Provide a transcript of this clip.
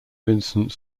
vincent